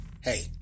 hey